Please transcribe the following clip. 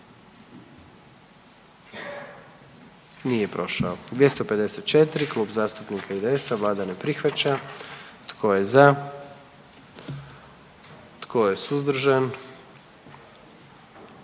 dio zakona. 44. Kluba zastupnika SDP-a, vlada ne prihvaća. Tko je za? Tko je suzdržan?